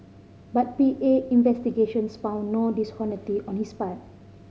but P A investigations found no dishonesty on this part